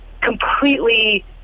completely